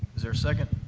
is there a second